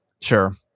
Sure